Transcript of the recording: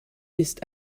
ist